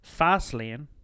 Fastlane